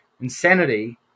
insanity